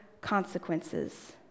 consequences